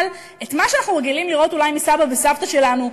אבל את מה שאנחנו רגילים לראות אולי אצל סבתא וסבא שלנו,